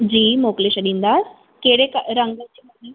जी मोकिले छॾींदा कहिड़े क रंग जो